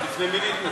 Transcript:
בפני מי להתנצל?